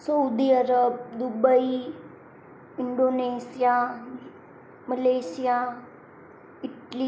Saudi Arab Dubai Indonesia Malaysia Italy